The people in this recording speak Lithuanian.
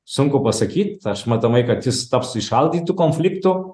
sunku pasakyt aš matomai kad jis taps įšaldytu konfliktu